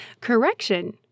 Correction